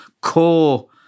core